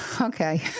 okay